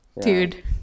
dude